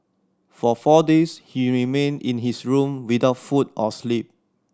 for four days he remained in his room without food or sleep